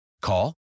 Call